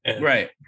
Right